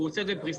והוא עושה פריסה.